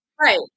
Right